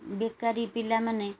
ବେକାରୀ ପିଲାମାନେ